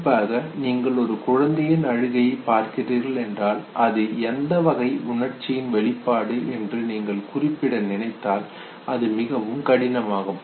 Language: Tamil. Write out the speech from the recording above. குறிப்பாக நீங்கள் ஒரு குழந்தையின் அழுகையை பார்க்கிறீர்கள் என்றால் அது எந்த வகை உணர்ச்சியின் வெளிப்பாடு என்று நீங்கள் குறிப்பிட நினைத்தால் அது மிகவும் கடினமாகும்